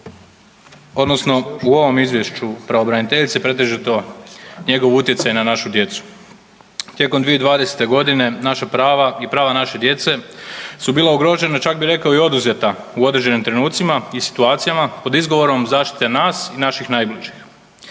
odnosno u ovom Izvješću pravobraniteljice pretežito njegov utjecaj na našu djecu. Tijekom 2020. naša prava i prava naše djece su bila ugrožena, čak bih rekao i oduzeta u određenim trenucima i situacijama pod izgovorom zaštite nas i naših najbližih.